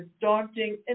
daunting